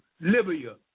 Libya